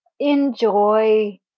Enjoy